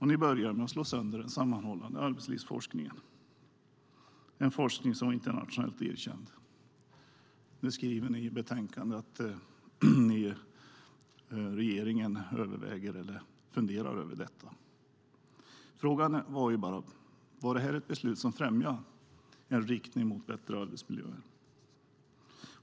Ni började med att slå sönder den sammanhållna arbetslivsforskningen, en forskning som var internationellt erkänd. Ni skriver i betänkandet att regeringen överväger eller funderar över detta. Frågan är bara: Var det här ett beslut som främjade en riktning mot bättre arbetsmiljöer?